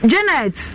Janet